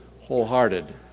wholehearted